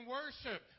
worship